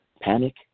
Panic